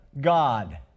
god